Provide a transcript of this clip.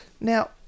Now